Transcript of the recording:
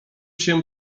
się